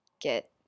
get